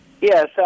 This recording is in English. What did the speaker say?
Yes